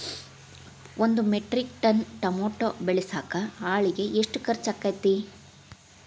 ಒಂದು metric ton tomato ಬೆಳಸಾಕ್ ಆಳಿಗೆ ಎಷ್ಟು ಖರ್ಚ್ ಆಕ್ಕೇತ್ರಿ?